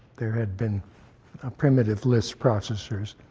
there had been primitive lisp processors.